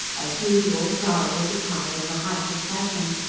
as usual zara was attired in the height of fashion.